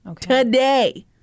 Today